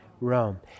Rome